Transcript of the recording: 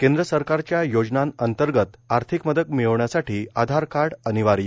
केंद्र सरकारच्या योजने अंतर्गत आर्थिक मदत मिळवण्यासाठी आधार कार्ड अनिवार्य